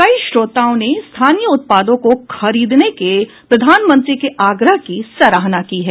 कई श्रोताओं ने स्थानीय उत्पादों को खरीदने के प्रधानमंत्री के आग्रह की सराहना की है